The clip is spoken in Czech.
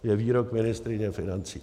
Je výrok ministryně financí.